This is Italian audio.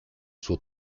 suo